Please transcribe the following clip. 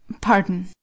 Pardon